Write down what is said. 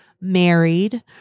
married